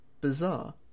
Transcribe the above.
bizarre